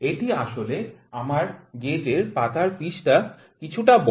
এটি আসলে আমার গেজের পাতার পিচটি কিছুটা বড়